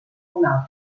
una